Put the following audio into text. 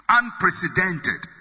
unprecedented